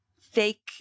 fake